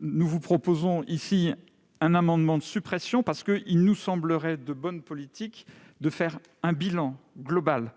Nous défendons-là un amendement de suppression, car il nous semblerait de bonne politique de faire un bilan global